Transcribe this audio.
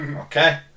Okay